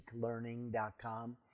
peaklearning.com